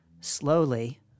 slowly